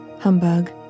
humbug